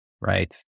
right